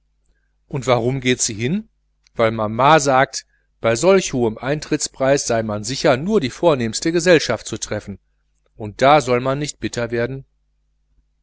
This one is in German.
und warum geht sie hin weil mama sagt bei solch hohem eintrittspreis sei man sicher nur die vornehmste gesellschaft zu treffen und da soll man nicht bitter werden